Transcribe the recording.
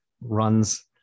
runs